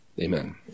Amen